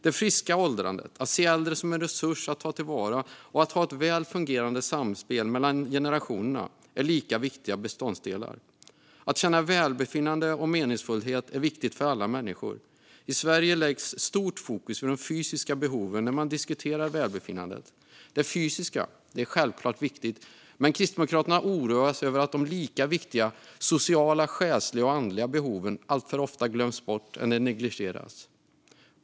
Det friska åldrandet, att se äldre som en resurs att ta till vara och att ha ett väl fungerande samspel mellan generationerna är lika viktiga beståndsdelar. Att känna välbefinnande och meningsfullhet är viktigt för alla människor. I Sverige läggs stort fokus vid de fysiska behoven när man diskuterar välbefinnande. Det fysiska är självklart viktigt, men Kristdemokraterna oroas över att de lika viktiga sociala, själsliga och andliga behoven alltför ofta glöms bort eller negligeras.